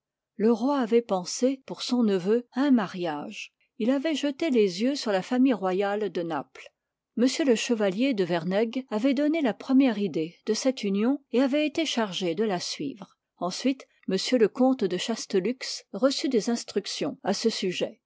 le roi avoit pensé pour son neveu à un mariage il avoit jeté les yeux sur la famille royale de naples m le chevalier de vernegues avoit donné la première idée de cette union et avoit été chargé de la suivre ensuite m le comte de chaslellux l'pirt reçut des instructions à ce sujet